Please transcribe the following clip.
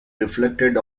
reflected